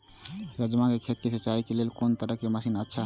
राजमा के खेत के सिंचाई के लेल कोन तरह के मशीन अच्छा होते?